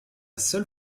seule